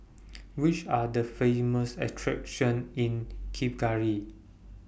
Which Are The Famous attractions in Kigali